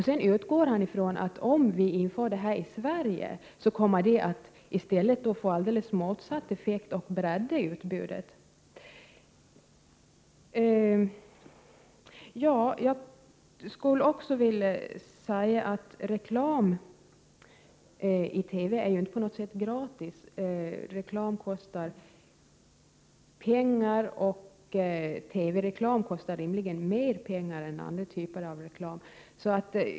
Sedan utgår han från att det kommer att få alldeles motsatt effekt och bredda utbudet om vi inför detta i Sverige. Reklam i TV är inte på något sätt gratis. Reklam kostar pengar, och TV-reklam kostar rimligen mer pengar än andra typer av reklam.